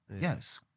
Yes